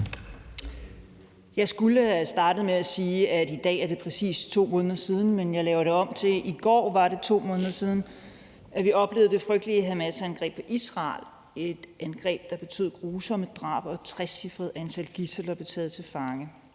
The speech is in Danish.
Jeg skulle have startet med at sige, at i dag er det præcis 2 måneder siden, men på grund af det fremskredne tidspunkt laver jeg det om til, at I går var det 2 måneder siden, at vi oplevede det frygtelige Hamasangreb i Israel, et angreb, der betød grusomme drab og et trecifret antal gidsler – mange